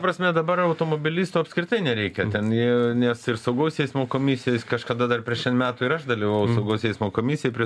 prasme dabar automobilistų apskritai nereikia ten jie nes ir saugaus eismo komisijos kažkada dar prieš n metų ir aš dalyvavau saugaus eismo komisijoj prie